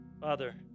Father